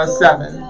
seven